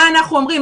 מה אנחנו אומרים?